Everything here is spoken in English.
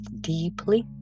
deeply